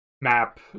map